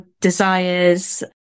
desires